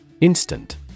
Instant